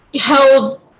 held